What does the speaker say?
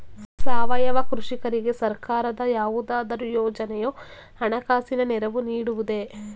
ಸಾವಯವ ಕೃಷಿಕರಿಗೆ ಸರ್ಕಾರದ ಯಾವುದಾದರು ಯೋಜನೆಯು ಹಣಕಾಸಿನ ನೆರವು ನೀಡುವುದೇ?